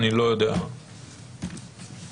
אני מתכבד לפתוח את הישיבה.